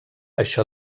això